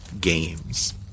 games